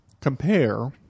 compare